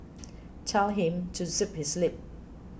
tell him to zip his lip